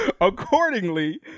Accordingly